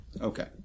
Okay